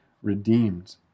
redeemed